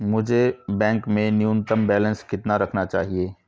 मुझे बैंक में न्यूनतम बैलेंस कितना रखना चाहिए?